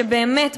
שבאמת,